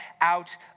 out